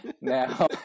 now